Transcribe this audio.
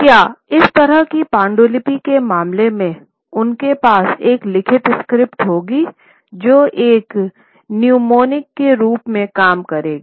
क्या इस तरह की पांडुलिपि के मामले में उनके पास एक लिखित स्क्रिप्ट होगी जो एक न्यूमोनिक के रूप में काम करेगी